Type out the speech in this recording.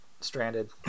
Stranded